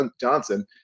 Johnson